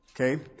Okay